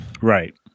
Right